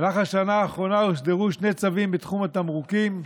במהלך השנה האחרונה הוסדרו שני צווים בתחום התמרוקים,